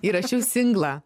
įrašiau singlą